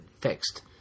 fixed